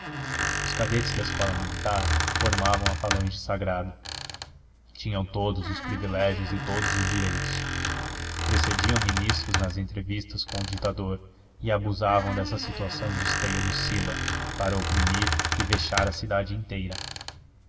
os cadetes da escola militar formavam a falange sagrada tinham todos os privilégios e todos os direitos precediam ministros nas entrevistas com o ditador e abusavam dessa situação de esteio do sila para oprimir e vexar a cidade inteira